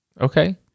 Okay